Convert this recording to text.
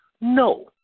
no